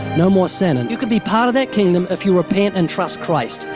no more sin. and you can be part of that kingdom if you repent and trust christ,